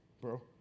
bro